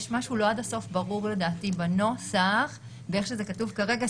יש משהו שלא ברור עד הסוף בנוסח וכפי שזה כתוב כרגע.